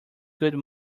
could